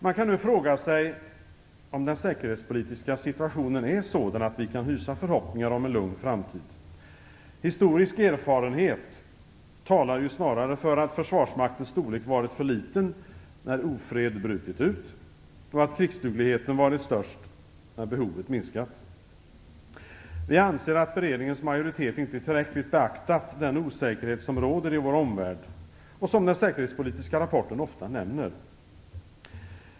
Man kan nu fråga sig om den säkerhetspolitiska situationen är sådan att vi kan hysa förhoppningar om en lugn framtid. Historisk erfarenhet talar ju snarare för att försvarsmaktens storlek varit för liten när ofred brutit ut och att krigsdugligheten varit störst när behovet minskat. Vi anser att beredningens majoritet inte tillräckligt beaktat den osäkerhet som råder i vår omvärld och som den säkerhetspolitiska rapporten ofta nämner.